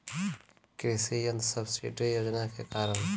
कृषि यंत्र सब्सिडी योजना के कारण?